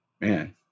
Man